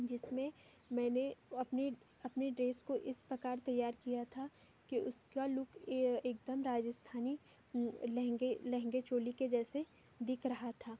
जिसमें मैंने अपने अपने ड्रेस को इस प्रकार तैयार किया था कि उसका लुक एकदम राजस्थानी लहेंगे लहेंगे चोली के जैसे दिख रहा था